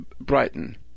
Brighton